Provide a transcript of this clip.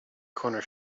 corner